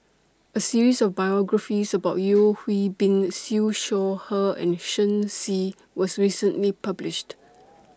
A series of biographies about Yeo Hwee Bin Siew Shaw Her and Shen Xi was recently published